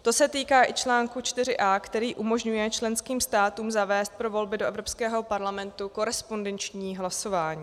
To se týká i článku 4a, který umožňuje členským státům zavést pro volby do Evropského parlamentu korespondenční hlasování.